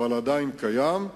אבל עדיין קיים.